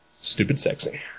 stupid-sexy